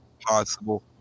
possible